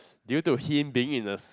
due to him being in the s~